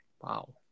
Wow